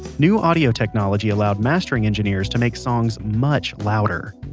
new audio technology allowed mastering engineers to make songs much louder.